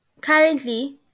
currently